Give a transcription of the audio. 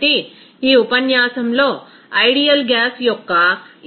refer slide time 0053 కాబట్టి ఈ ఉపన్యాసంలో ఐడియల్ గ్యాస్ యొక్క